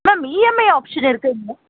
ma'am EMI option இருக்குதுங்களா